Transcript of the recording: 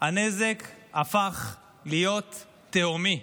הנזק הפך להיות תהומי.